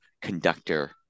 conductor